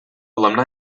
alumni